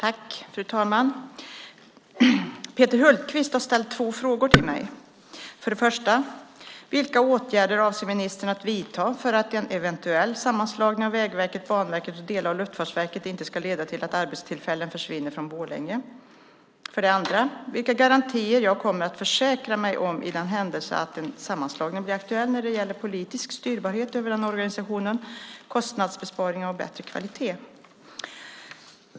Fru talman! Peter Hultqvist har ställt två frågor till mig. För det första: Vilka åtgärder avser ministern att vidta för att en eventuell sammanslagning av Vägverket, Banverket och delar av Luftfartsverket inte ska leda till att arbetstillfällen försvinner från Borlänge? För det andra undrar han vilka garantier jag kommer att försäkra mig om i den händelse att en sammanslagning blir aktuell när det gäller politisk styrbarhet över den nya organisationen, kostnadsbesparingar och bättre kvalitet.